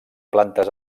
plantes